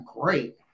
great